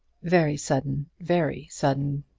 very sudden very sudden.